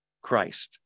Christ